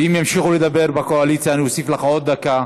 ואם ימשיכו לדבר בקואליציה, אני אוסיף לך עוד דקה.